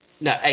No